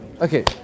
Okay